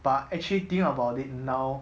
but actually think about it now